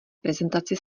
prezentaci